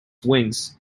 wings